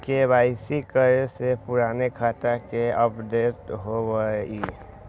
KYC करें से पुराने खाता के अपडेशन होवेई?